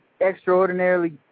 extraordinarily